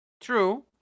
True